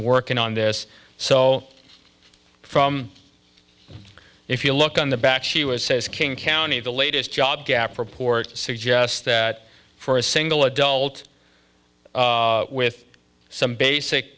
working on this so from if you look on the back she was says king county the latest job gap report suggests that for a single adult with some basic